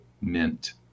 mint